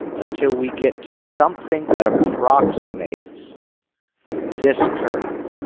until we get to something that approximates this curve.